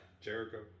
Jericho